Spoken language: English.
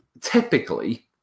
typically